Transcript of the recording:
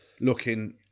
looking